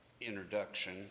introduction